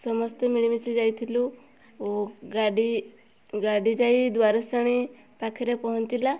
ସମସ୍ତେ ମିଳିମିଶି ଯାଇଥିଲୁ ଓ ଗାଡ଼ି ଗାଡ଼ି ଯାଇ ଦୁଆରସେଣି ପାଖରେ ପହଞ୍ଚିଲା